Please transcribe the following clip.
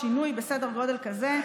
שינוי בסדר גודל כזה,